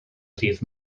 ddydd